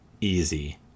easy